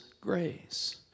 grace